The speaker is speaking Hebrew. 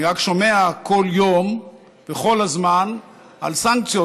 אני רק שומע כל יום וכל הזמן על סנקציות